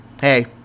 hey